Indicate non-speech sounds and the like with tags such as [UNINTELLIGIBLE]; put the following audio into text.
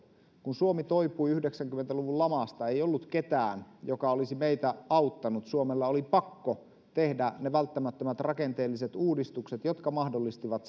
kun suomi toipui yhdeksänkymmentä luvun lamasta ei ollut ketään joka olisi meitä auttanut suomen oli pakko tehdä ne välttämättömät rakenteelliset uudistukset jotka mahdollistivat [UNINTELLIGIBLE]